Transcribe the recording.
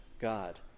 God